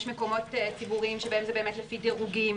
יש מקומות ציבוריים בהם זה באמת לפי דירוגים,